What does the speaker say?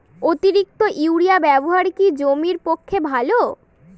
অতিরিক্ত ইউরিয়া ব্যবহার কি জমির পক্ষে ভালো?